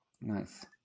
Nice